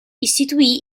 istituì